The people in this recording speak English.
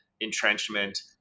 entrenchment